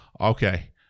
okay